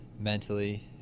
mentally